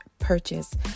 Purchase